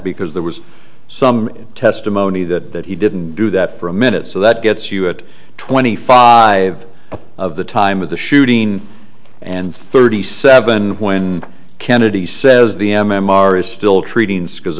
because there was some testimony that that he didn't do that for a minute so that gets you it twenty five of the time of the shooting and thirty seven when kennedy says the m m r is still treating s